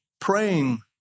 praying